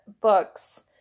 books